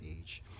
age